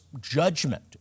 judgment